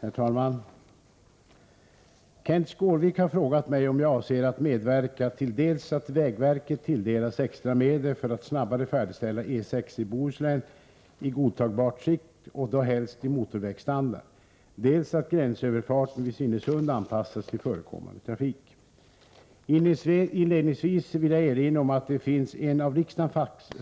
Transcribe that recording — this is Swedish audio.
Herr talman! Kenth Skårvik har frågat mig om jag avser att medverka till dels att vägverket tilldelas extra medel för att snabbare färdigställa E 6 i Bohuslän i godtagbart skick och då helst i motorvägsstandard, dels att gränsöverfarten vid Svinesund anpassas till förekommande trafik. 2 Inledningsvis vill jag erinra om att det finns en av riksdagen